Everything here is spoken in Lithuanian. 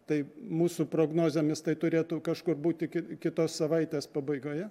tai mūsų prognozėmis tai turėtų kažkur būt iki kitos savaitės pabaigoje